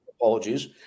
Apologies